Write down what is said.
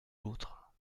l’autre